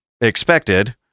expected